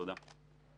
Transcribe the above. תודה.